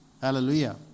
Hallelujah